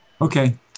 Okay